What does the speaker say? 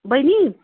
बैनी